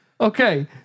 Okay